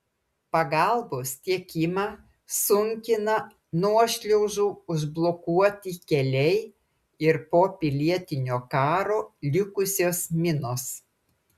pagalbos tiekimą sunkina nuošliaužų užblokuoti keliai ir po pilietinio karo likusios minos